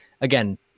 again